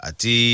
Ati